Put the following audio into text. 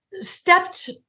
stepped